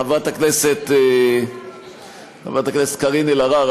חברת הכנסת קארין אלהרר,